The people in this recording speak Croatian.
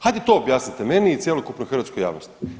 Hajde to objasnite meni i cjelokupnoj hrvatskoj javnosti.